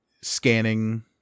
scanning